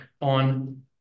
on